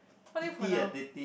what did you pronounce